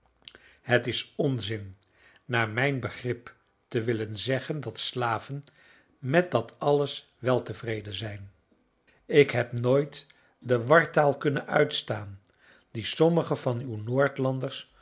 het is onzin naar mijn begrip te willen zeggen dat slaven met dat alles weltevreden zijn ik heb nooit de wartaal kunnen uitstaan die sommigen van uwe